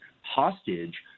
hostage –